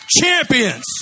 champions